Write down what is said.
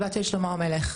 הבת של שלמה המלך.